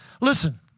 Listen